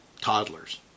toddlers